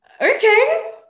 okay